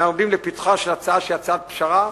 ואנחנו עומדים לפתחה של הצעה שהיא הצעת פשרה.